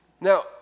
Now